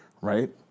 Right